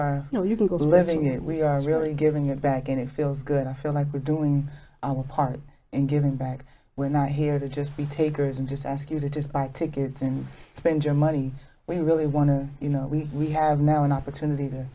know you can go on living it we are really giving it back and it feels good i feel like we're doing our part and giving back we're not here to just be takers and just ask you to just buy tickets and spend your money we really want to you know we have now an opportunity to